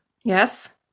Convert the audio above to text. Yes